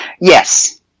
Yes